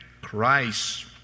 Christ